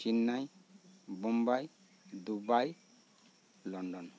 Chennai Bombay Dubai London